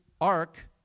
ark